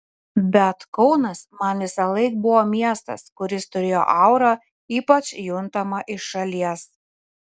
bet kaunas man visąlaik buvo miestas kuris turėjo aurą ypač juntamą iš šalies